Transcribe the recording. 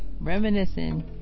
Reminiscing